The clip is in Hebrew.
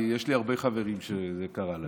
יש לי הרבה חברים שזה קרה להם.